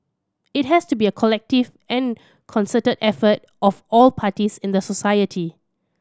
it has to be a collective and concerted effort of all parties in the society